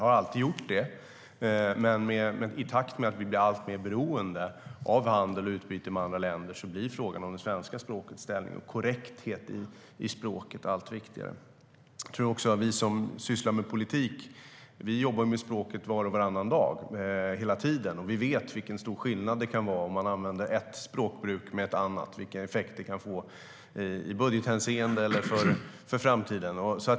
Så har det alltid varit, men i takt med att vi blir alltmer beroende av handel och utbyte med andra länder blir frågan om svenska språkets ställning och korrekthet i språket allt viktigare. Jag tror också att vi som sysslar med politik och som jobbar med språket var och varannan dag - hela tiden - vet hur stor skillnad det kan vara om man ersätter ett språkbruk med ett annat och vilken effekt det kan få i budgethänseende eller för framtiden.